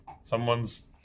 someone's